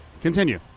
continue